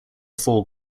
four